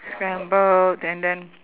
scrambled and then